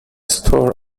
store